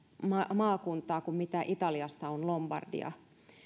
maakuntaa kuin mikä italiassa on lombardia